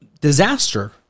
disaster